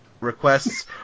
requests